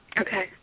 Okay